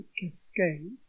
cascade